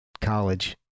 college